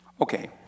Okay